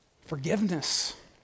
forgiveness